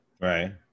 Right